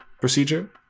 procedure